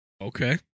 Okay